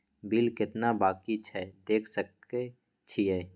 Bill केतना बाँकी छै देख सके छियै?